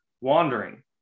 wandering